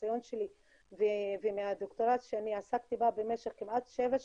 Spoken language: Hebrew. מהניסיון שלי ומהדוקטורט שעסקתי בו כמעט שבע שנים,